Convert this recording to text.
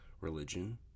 Religion